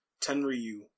Tenryu